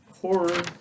horror